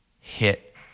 hit